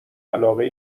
علاقه